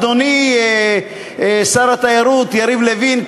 אדוני שר התיירות יריב לוין,